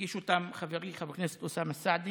הגיש אותן חברי חבר הכנסת אוסאמה סעדי